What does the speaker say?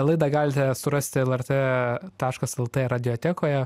laidą galite surasti lrt taškas lt radiotekoje